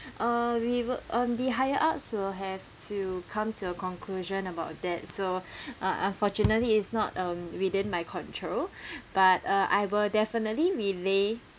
uh we will um the higher ups will have to come to a conclusion about that so uh unfortunately it's not um within my control but uh I will definitely relay